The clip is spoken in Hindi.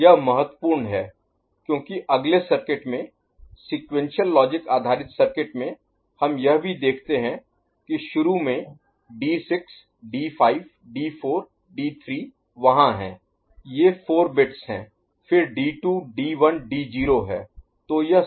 यह महत्वपूर्ण है क्योंकि अगले सर्किट में सीक्वेंशियल लॉजिक आधारित सर्किट में हम यह भी देखते हैं कि शुरू में D6D5D4D3 वहाँ हैं ये 4 बिट्स हैं फिर D2D1D0 हैं